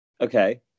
Okay